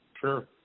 Sure